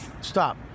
Stop